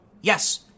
yes